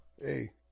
Hey